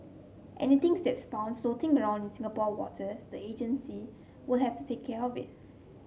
anythings that's found floating in Singapore waters the agency will have to take care of it